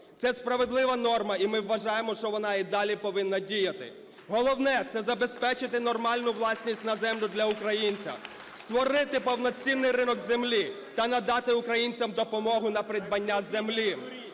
Це справедлива норма і ми вважаємо, що вона і далі повинна діяти. Головне – це забезпечити нормальну власність на землю для українця, створити повноцінний ринок землі та надати українцям допомогу на придбання землі.